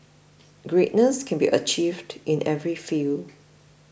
greatness can be achieved in every field